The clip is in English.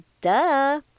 duh